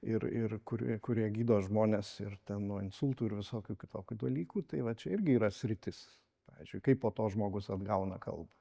ir ir kurie kurie gydo žmones ir nuo insultų ir visokių kitokių dalykų tai va čia irgi yra sritis pavyzdžiui kaip po to žmogus atgauna kalbą